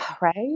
Right